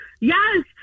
Yes